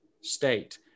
state